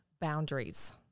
boundaries